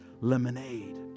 lemonade